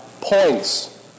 points